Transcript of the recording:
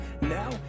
Now